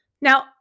Now